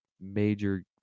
major